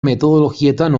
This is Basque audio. metodologietan